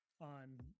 on